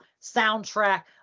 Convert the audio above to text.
soundtrack